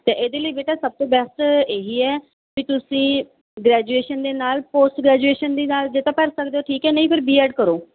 ਤਾਂ ਇਹਦੇ ਲਈ ਬੇਟਾ ਸਭ ਤੋਂ ਬੈਸਟ ਇਹ ਹੀ ਹੈ ਕਿ ਤੁਸੀਂ ਗ੍ਰੈਜੂਏਸ਼ਨ ਦੇ ਨਾਲ ਪੋਸਟ ਗ੍ਰੈਜੂਏਸ਼ਨ ਵੀ ਨਾਲ ਜੇ ਤਾਂ ਭਰ ਸਕਦੇ ਹੋ ਠੀਕ ਹ ਨਹੀਂ ਫਿਰ ਬੀਐਡ ਕਰੋ